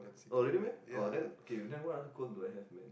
oh really meh oh then okay then what other quirk do I have man